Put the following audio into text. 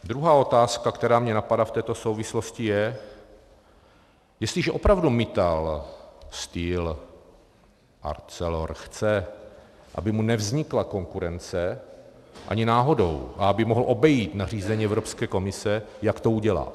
Druhá otázka, která mě napadá v této souvislosti, je, jestliže opravdu Mittal Steel Arcelor chce, aby mu nevznikla konkurence ani náhodou a aby mohl obejít nařízení Evropské komise, jak to udělá?